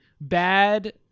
bad